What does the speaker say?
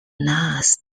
nath